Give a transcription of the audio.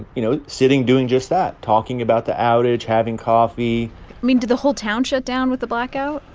you know, sitting, doing just that talking about the outage, having coffee i mean, did the whole town shut down with the blackout?